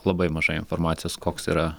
labai mažai informacijos koks yra